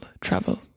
travel